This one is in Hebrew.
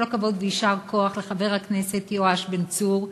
כל הכבוד ויישר כוח לחבר הכנסת יואב בן צור,